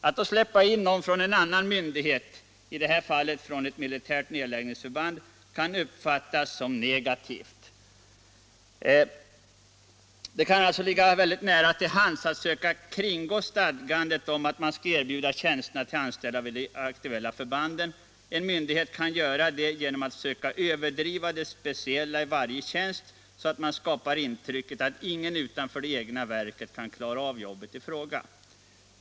Att det då tas in någon från en annan myndighet — i det här fallet från ett militärt nedläggningsförband — kan uppfattas som negativt. Det kan alltså ligga nära till hands att man försöker kringgå stadgandet att tjänsterna skall erbjudas till anställda vid de aktuella förbanden. En myndighet kan göra det genom att söka överdriva det speciella i varje tjänst, så att man skapar intrycket att ingen utanför det egna verket kan klara jobbet i fråga.